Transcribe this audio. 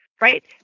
Right